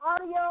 audio